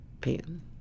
pan